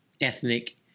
ethnic